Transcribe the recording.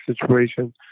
situation